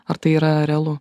ar tai yra realu